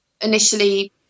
Initially